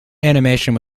animation